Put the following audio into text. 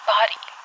Body